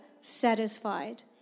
satisfied